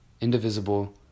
indivisible